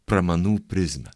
pramanų prizmę